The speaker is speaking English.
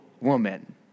woman